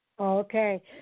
Okay